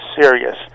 serious